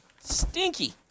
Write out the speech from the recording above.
Stinky